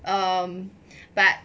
um but